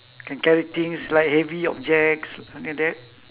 can carry things like heavy objects something like that